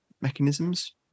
mechanisms